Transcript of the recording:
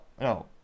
no